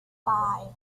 five